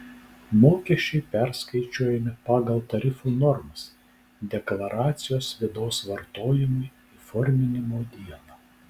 mokesčiai perskaičiuojami pagal tarifų normas deklaracijos vidaus vartojimui įforminimo dieną